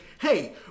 Hey